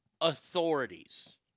authorities